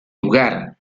lugar